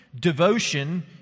devotion